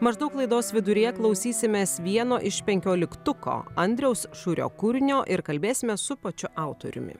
maždaug laidos viduryje klausysimės vieno iš penkioliktuko andriaus šiurio kūrinio ir kalbėsime su pačiu autoriumi